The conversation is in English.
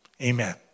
Amen